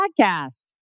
podcast